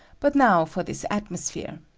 but now for this atmosphere.